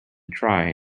try